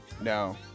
No